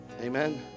Amen